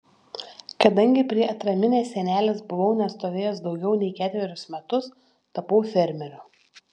kadangi prie atraminės sienelės buvau nestovėjęs daugiau nei ketverius metus tapau fermeriu